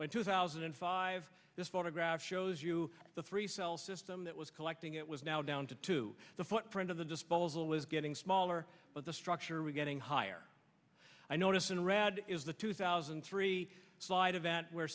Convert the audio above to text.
by two thousand and five this photograph shows you the three cell system that was collecting it was now down to two the footprint of the disposal is getting smaller but the structure we're getting higher i noticed in red is the two thousand and three slide event where